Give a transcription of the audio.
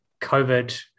COVID